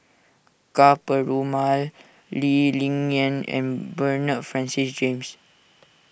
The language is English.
Ka Perumal Lee Ling Yen and Bernard Francis James